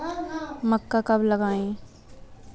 मक्का कब लगाएँ?